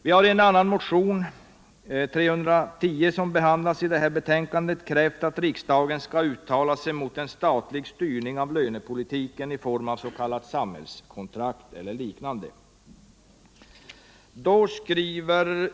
Vi har i en annan motion, 1977/78:310. som behandlas i det här betänkandet, krävt att riksdagen skall uttala sig mot en statlig styrning av lönepolitiken i form av s.k. samhällskontrakt eller liknande.